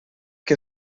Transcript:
que